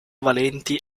valenti